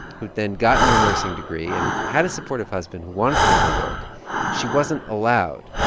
who'd then gotten her nursing degree and had a supportive husband who wanted to let her work she wasn't allowed.